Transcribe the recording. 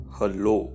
Hello